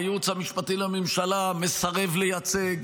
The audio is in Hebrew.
הייעוץ המשפטי לממשלה מסרב לייצג,